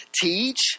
teach